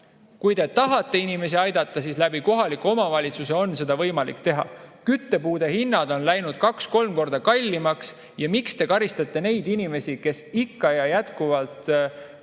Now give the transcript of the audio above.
kui te tahate inimesi aidata, siis läbi kohaliku omavalitsuse on seda võimalik teha. Küttepuude hinnad on läinud kaks-kolm korda kallimaks. Miks te karistate neid inimesi, kes ikka ja jätkuvalt